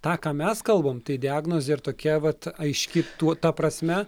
tą ką mes kalbam tai diagnozė ir tokia vat aiški tuo ta prasme